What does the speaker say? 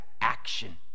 action